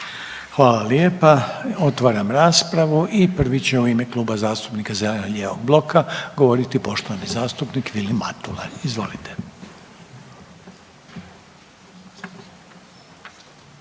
Hvala lijepa. Otvaram raspravu i prvi će u ime Kluba zastupnika zeleno-lijevog bloka govoriti poštovani zastupnik Vilim Matula. Izvolite.